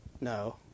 No